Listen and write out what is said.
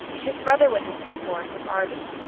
his brother went into the forest of arden,